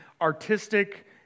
artistic